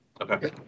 Okay